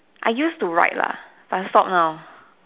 I used to write lah but I stop now